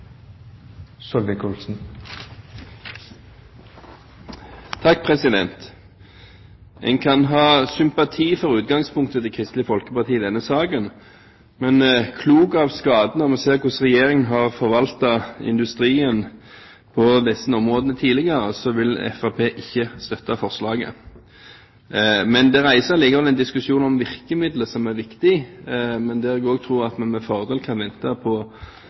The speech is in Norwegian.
En kan ha sympati for utgangspunktet til Kristelig Folkeparti i denne saken, men klok av skade, når vi ser hvordan Regjeringen har forvaltet industrien på disse områdene tidligere, vil Fremskrittspartiet ikke støtte forslaget. Det reiser likevel en diskusjon om virkemiddel, som er viktig, men der tror jeg vi med fordel kan vente på